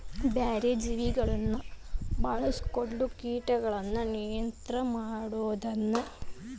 ಬ್ಯಾರೆ ಜೇವಿಗಳನ್ನ ಬಾಳ್ಸ್ಕೊಂಡು ಕೇಟಗಳನ್ನ ನಿಯಂತ್ರಣ ಮಾಡೋದನ್ನ ಜೈವಿಕ ಕೇಟ ನಿಯಂತ್ರಣ ಅಂತ ಕರೇತಾರ